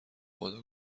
خدا